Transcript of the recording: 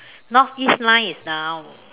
North east line is down